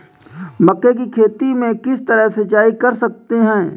मक्के की खेती में किस तरह सिंचाई कर सकते हैं?